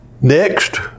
Next